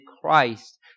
Christ